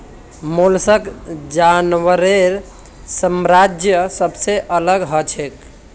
mollusc जानवरेर साम्राज्यत सबसे अलग हछेक